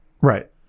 Right